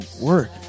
work